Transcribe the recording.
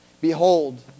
Behold